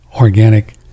organic